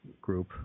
group